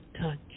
touch